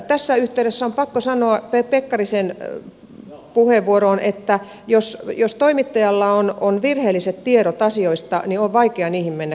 tässä yhteydessä on pakko sanoa pekkarisen puheenvuoroon että jos toimittajalla on virheelliset tiedot asioista niin on vaikea niihin mennä kyllä vastaamaan